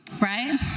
right